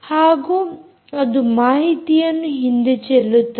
ಹಾಗೂ ಅದು ಮಾಹಿತಿಯನ್ನು ಹಿಂದೆ ಚೆಲ್ಲುತ್ತದೆ